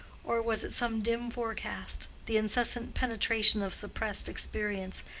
or was it some dim forecast, the insistent penetration of suppressed experience,